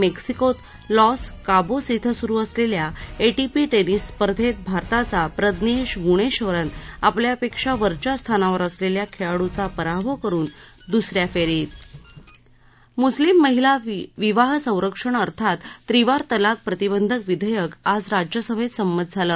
मेक्सिकोत Los Cabos इथं सुरू असलेल्या एप्मी प्रिस स्पर्धेत भारताचा प्रज्ञेश गुणेश्वरन आपल्यापेक्षा वरच्या स्थानावर असलेल्या खेळाडूचा पराभव करून दुसऱ्या फेरीत दाखल मुस्लिम महिला विवाह संरक्षण अर्थात त्रिवार तलाक प्रतिबंधक विधेयक आज राज्यसभेत संमत झालं